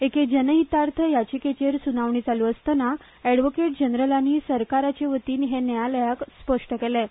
एके जनहीतार्थ याचिकेचेर सुनावणी चालू आसतना अॅडव्होकेट जनरलांनी सरकाराचे वतीन हें न्यायालयाक स्पश्ट केलें